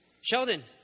Sheldon